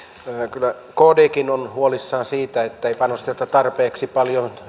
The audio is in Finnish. kyllä kdkin on huolissaan siitä ettei panosteta tarpeeksi paljon